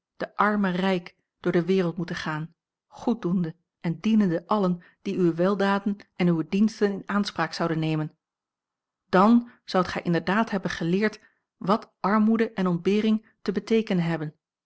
den armen rijk door de wereld moeten gaan goed doende en dienende allen die uwe weldaden en uwe diensten in aanspraak zouden nemen dan zoudt gij inderdaad hebben geleerd wat armoede en ontbering te beteekenen hebben